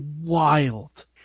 wild